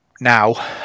now